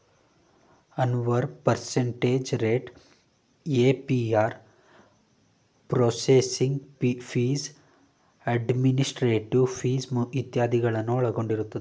Anwar percentage rate, APR processing fees, administrative fees ಇತ್ಯಾದಿಗಳನ್ನು ಒಳಗೊಂಡಿರುತ್ತದೆ